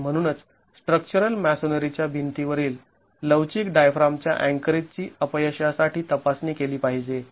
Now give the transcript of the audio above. आणि म्हणूनच स्ट्रक्चरल मॅसोनरीच्या भिंती वरील लवचिक डायफ्रामच्या अँकरेज ची अपयशासाठी तपासणी केली पाहिजे